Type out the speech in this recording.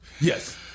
Yes